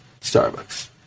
Starbucks